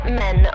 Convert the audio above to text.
men